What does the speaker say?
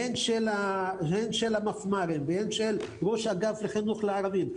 הן של המפמ"רים והן של ראש אגף לחינוך לערבים.